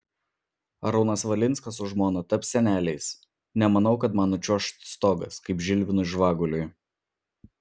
arūnas valinskas su žmona taps seneliais nemanau kad man nučiuoš stogas kaip žilvinui žvaguliui